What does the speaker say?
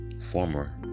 former